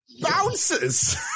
bounces